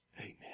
Amen